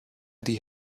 die